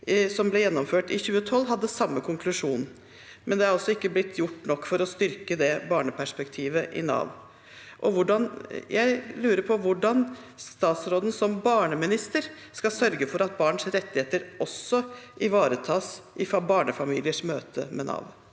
som ble gjennomført i 2012, hadde samme konklusjon. Det er altså ikke blitt gjort nok for å styrke det barneperspektivet i Nav. Jeg lurer på hvordan statsråden som barneminister skal sørge for at barns rettigheter også ivaretas i barnefamiliers møte med Nav.